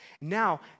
Now